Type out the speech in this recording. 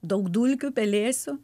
daug dulkių pelėsių